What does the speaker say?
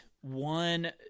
one